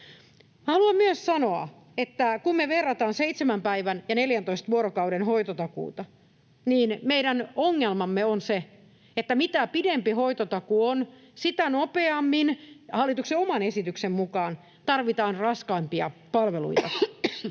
Haluan myös sanoa, että kun me verrataan seitsemän päivän ja 14 vuorokauden hoitotakuuta, niin meidän ongelmamme on se, että mitä pidempi hoitotakuu on, sitä nopeammin hallituksen oman esityksen mukaan tarvitaan raskaampia palveluita.